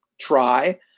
try